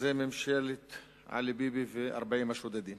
שזו ממשלת עלי-ביבי ו-40 השודדים.